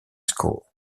school